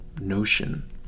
notion